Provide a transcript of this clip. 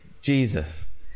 Jesus